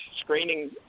screening